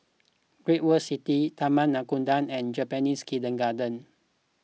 Great World City Taman Nakhoda and Japanese Kindergarten